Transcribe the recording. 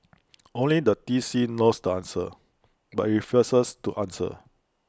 only the T C knows the answer but IT refuses to answer